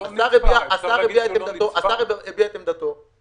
השר הביע את עמדתו.